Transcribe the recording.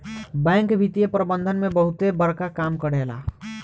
bank वित्तीय प्रबंधन में बहुते बड़का काम करेला